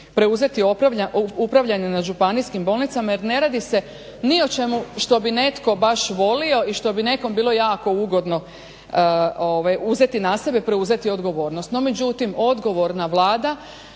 preuzeti upravljanje na županijskim bolnicama jer ne radi se ni o čemu što bi netko baš volio i što bi nekom bilo jako ugodno uzeti na sebe, preuzeti odgovornost. No međutim, odgovorna Vlada